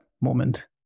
moment